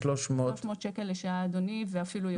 300 שקלים לשעה אדוני ואפילו יותר.